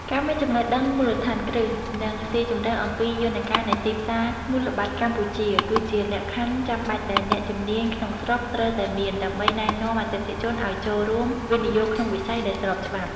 ការមានចំណេះដឹងមូលដ្ឋានគ្រឹះ និងស៊ីជម្រៅអំពីយន្តការនៃទីផ្សារមូលបត្រកម្ពុជា គឺជាលក្ខខណ្ឌចាំបាច់ដែលអ្នកជំនាញក្នុងស្រុកត្រូវតែមាន ដើម្បីណែនាំអតិថិជនឱ្យចូលរួមវិនិយោគក្នុងវិស័យដែលស្របច្បាប់។